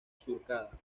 surcada